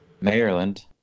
Maryland